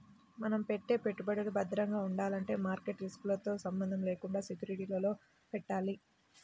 మనం పెట్టే పెట్టుబడులు భద్రంగా ఉండాలంటే మార్కెట్ రిస్కులతో సంబంధం లేకుండా సెక్యూరిటీలలో పెట్టాలి